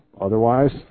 otherwise